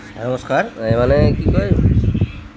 নমস্কাৰ মই মানে কি কয়